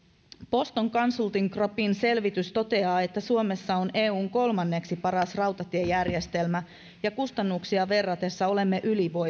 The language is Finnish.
boston consulting groupin selvitys toteaa että suomessa on eun kolmanneksi paras rautatiejärjestelmä ja kustannuksia verrattaessa olemme